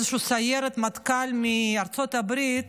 סיירת מטכ"ל מארצות הברית